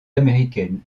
américaines